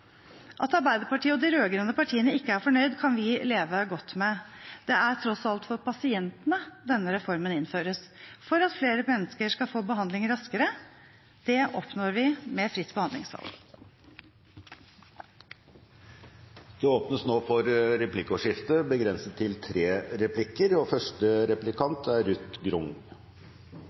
At Arbeiderpartiet og de rød-grønne partiene ikke er fornøyd, kan vi leve godt med. Det er tross alt for pasientene denne reformen innføres – for at flere mennesker skal få behandling raskere. Det oppnår vi med fritt behandlingsvalg. Det åpnes for replikkordskifte. Ruspasienter er blant de mest komplekse, og